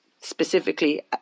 specifically